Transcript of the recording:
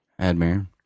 Admir